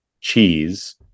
cheese